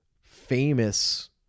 famous